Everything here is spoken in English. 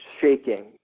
shaking